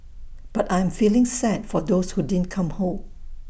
but I am feeling sad for those who didn't come home